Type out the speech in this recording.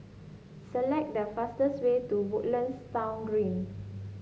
select the fastest way to Woodlands Town Garden